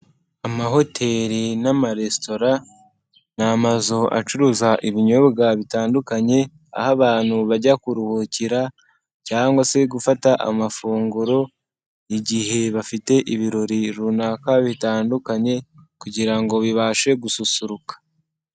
Amahoteli n'amaresitora ni amazu acuruza ibinyobwa bitandukanye, aho abantu bajya kuruhukira cyangwa se gufata amafunguro, igihe bafite ibirori runaka bitandukanye kugira ngo bibashe gususuruka.